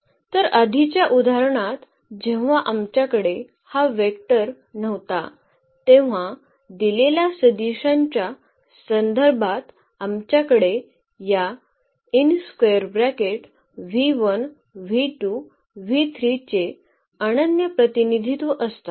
तर आधीच्या उदारणात जेव्हा आमच्याकडे हा वेक्टर नव्हता तेव्हा दिलेल्या सदिशांच्या संदर्भात आमच्याकडे या चे अनन्य प्रतिनिधित्व असतात